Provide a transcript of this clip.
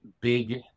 big